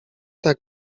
tak